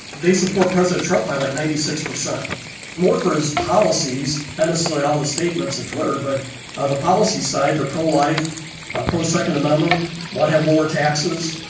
they support president trump. i like ninety six percent more for his policies and essentially all the statements on and twitter. but ah the policy side, the pro-life ah pro second amendment one, have lower taxes.